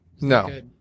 No